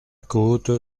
côte